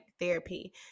therapy